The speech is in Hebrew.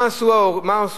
מה עשה התמ"ת,